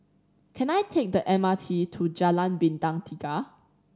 can I take the M R T to Jalan Bintang Tiga